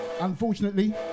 Unfortunately